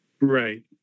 Right